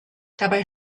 dabei